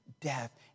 death